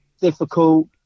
difficult